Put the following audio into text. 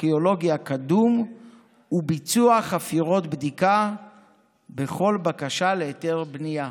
הארכיאולוגי הקדום וביצוע חפירות בדיקה בכל בקשה להיתר בנייה.